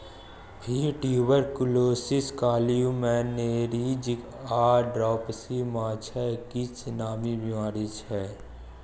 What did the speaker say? fish tuberculosis, columnaris आ dropsy माछक किछ नामी बेमारी छै